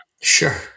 Sure